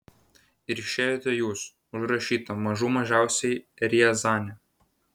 ir išėjote jūs užrašyta mažų mažiausiai riazanė